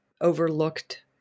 overlooked